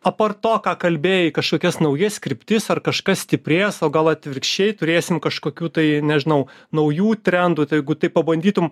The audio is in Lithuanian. apart to ką kalbėjai kažkokias naujas kryptis ar kažkas stiprės o gal atvirkščiai turėsim kažkokių tai nežinau naujų trendų tai jeigu taip pabandytum